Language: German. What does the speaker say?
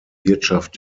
wirtschaft